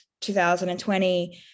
2020